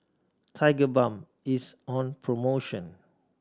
tigerbalm is on promotion